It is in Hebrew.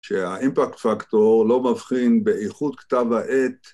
כשהאימפקט פקטור לא מבחין באיכות כתב העת